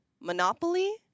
Monopoly